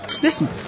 Listen